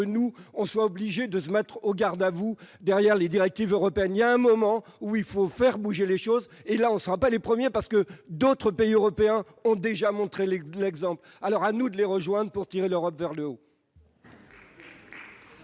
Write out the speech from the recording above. nous soyons obligés de nous mettre au garde-à-vous devant les directives européennes. À un moment donné, il faut faire bouger les choses et nous ne serons pas les premiers, car d'autres pays européens ont déjà montré l'exemple. À nous de les rejoindre pour tirer l'Europe vers le haut.